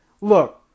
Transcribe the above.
Look